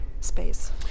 space